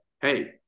hey